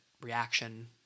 reaction